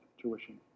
tuition